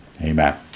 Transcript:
amen